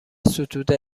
ستوده